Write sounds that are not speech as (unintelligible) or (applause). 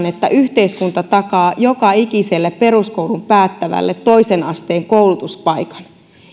(unintelligible) että yhteiskunta takaa jokaikiselle peruskoulun päättävälle toisen asteen koulutuspaikan